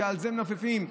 שבזה מנופפים,